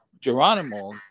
Geronimo